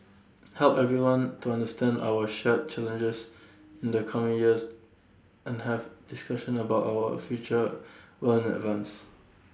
help everyone to understand our shared challenges in the coming years and have discussions about our future well in advance